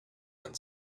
and